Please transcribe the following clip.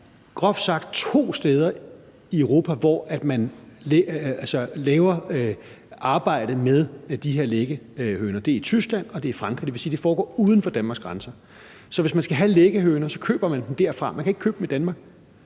groft sagt er to steder i Europa, hvor man laver arbejdet med de her liggehøner. Det er i Tyskland, og det er i Frankrig. Det vil sige, at det foregår uden for Danmarks grænser. Hvis man skal have liggehøner, køber man dem derfra. Man kan ikke købe dem i Danmark.